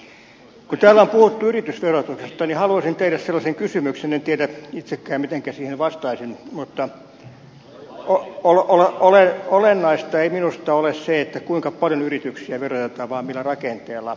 kun täällä on puhuttu yritysverotuksesta haluaisin tehdä sellaisen kysymyksen en tiedä itsekään mitenkä siihen vastaisin mutta olennaista ei minusta ole se kuinka paljon yrityksiä verotetaan vaan millä rakenteella